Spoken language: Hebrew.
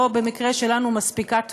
או במקרה שלנו, מספיקה תמימות.